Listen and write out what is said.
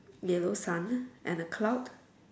yellow sun and a cloud